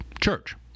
church